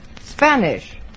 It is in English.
Spanish